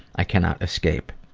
i cannot escape.